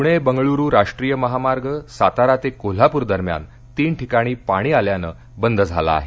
प्रणे बंगळूरू राष्ट्रीय महामार्ग सातारा ते कोल्हापूर दरम्यान तीन ठिकाणी पाणी आल्याने बंद झाला आहे